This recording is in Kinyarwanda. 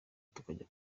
tukajya